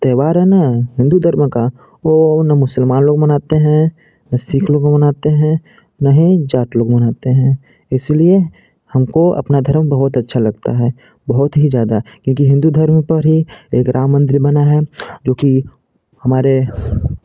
त्यौहार है ना हिन्दू धर्म का वो ना मुसलमान लोग मनाते हैं ना सिख लोग मनाते हैं ना ही जाट लोग मनाते हैं इसीलिए हमको अपना धर्म बहुत अच्छा लगता है बहुत ही ज़्यादा क्योंकि हिन्दू धर्म पर ही एक राम मंदिर बना है जोकि हमारे